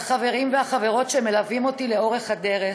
ולחברים ולחברות שמלווים אותי לאורך הדרך.